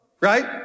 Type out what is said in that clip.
right